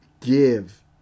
Give